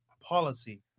policy